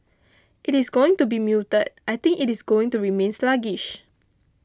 it is going to be muted I think it is going to remain sluggish